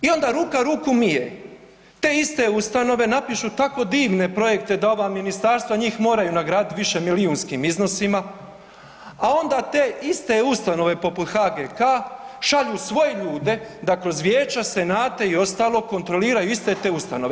I onda ruka tuku mije, te iste ustanove napišu tako divne projekte da ova ministarstva njih moraju nagraditi višemilijunskim iznosima, a onda te iste ustanove poput HGK, šalju svoje ljude da kroz vijeća, senata i ostalog kontroliraju iste te ustanove.